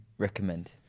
recommend